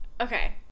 Okay